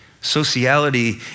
Sociality